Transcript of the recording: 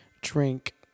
drink